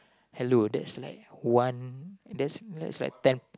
hello that's like one that's that's like ten